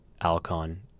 Alcon